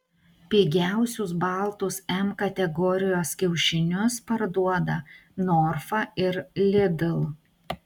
pigiausius baltus m kategorijos kiaušinius parduoda norfa ir lidl